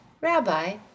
Rabbi